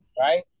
right